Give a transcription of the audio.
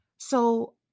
So